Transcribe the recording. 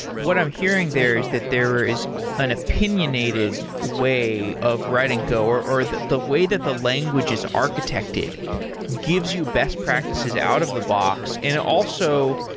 what i'm hearing there is that there is an opinionated way of writing go, or or the the way that the language is architected gives you best practices out of the box and also,